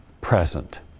present